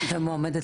ואני גם מועמדת